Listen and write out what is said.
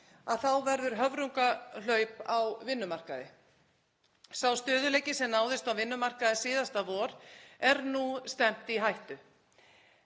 að það verður höfrungahlaup á vinnumarkaði. Þeim stöðugleika sem náðist á vinnumarkaði síðasta vor er nú stefnt í hættu.